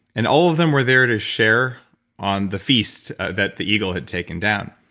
and all of them were there to share on the feast that the eagle had taken down.